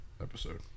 episode